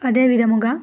అదేవిధముగా